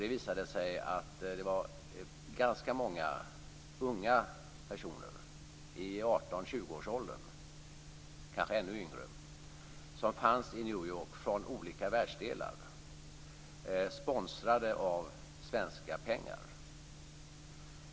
Det visade sig att det var ganska många unga personer i 18-20-årsåldern, och kanske ännu yngre, som var i New York från olika världsdelar sponsrade av svenska pengar.